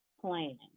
plan